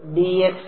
വിദ്യാർത്ഥി 2 1 2